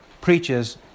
preaches